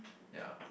ya